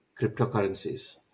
cryptocurrencies